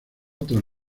tras